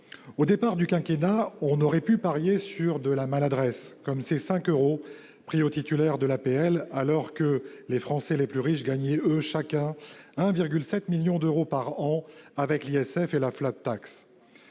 Au début du quinquennat, on aurait pu parier sur de la maladresse, comme pour les 5 euros pris au titulaire de l'APL, alors que les Français les plus riches gagnaient chacun 1,7 million d'euros par an avec la